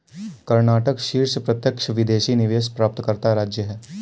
कर्नाटक शीर्ष प्रत्यक्ष विदेशी निवेश प्राप्तकर्ता राज्य है